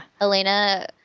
Elena